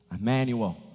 Emmanuel